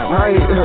right